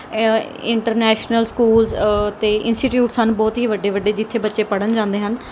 international schools ਅਤੇ institutes ਹਨ ਬਹੁਤ ਹੀ ਵੱਡੇ ਵੱਡੇ ਜਿੱਥੇ ਬੱਚੇ ਪੜ੍ਹਨ ਜਾਂਦੇ ਹਨ